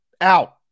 Out